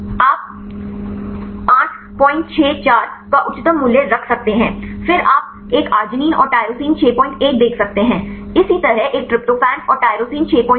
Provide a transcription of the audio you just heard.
आप 864 का उच्चतम मूल्य रख सकते हैं फिर आप एक arginine और tyrosine 61 देख सकते हैं इसी तरह एक ट्रिप्टोफैन और tyrosine 65 tyrosine tryptophan 81